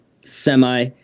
semi